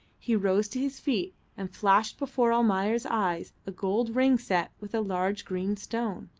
he rose to his feet and flashed before almayer's eyes a gold ring set with a large green stone.